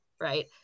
right